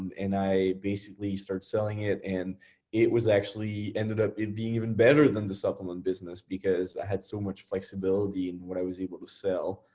and i basically started selling it and it was actually, ended up being even better than the supplement business because i had so much flexibility in what i was able to sell.